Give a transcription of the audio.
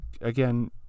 Again